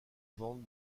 vente